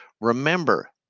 Remember